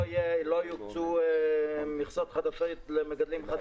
עמדתנו היא שמה שהופיע היום בסעיף 8 כמכסות זמניות צריך להופיע